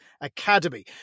Academy